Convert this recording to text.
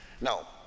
Now